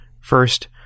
First